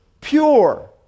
pure